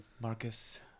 Marcus